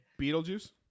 Beetlejuice